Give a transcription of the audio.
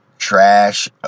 trash